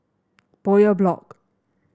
Bowyer Block